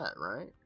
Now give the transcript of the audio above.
right